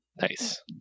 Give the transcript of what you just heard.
Nice